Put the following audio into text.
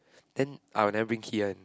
then I'll never bring key one